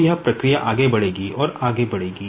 तो यह प्रक्रिया आगे बढ़ेगी और आगे बढ़ेगी